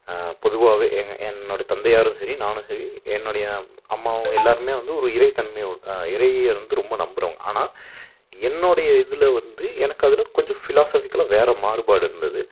பொதுவாகவே எங் என்னோடய தந்தையாரும் சரி நானும் சரி என்னுடைய அம்மாவும் எல்லாருமே வந்து ஒரு இறை தன்மை உ இறையை வந்து ரொம்ப நம்புகிறவுங்க ஆனால் என்னோடைய இதில் வந்து எனக்கு அதில் கொஞ்சம் ஃபிலாஸஃபிக்கலாக வேற மாறுபாடு இருந்தது